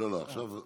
לא, לא, עכשיו,